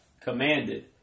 commanded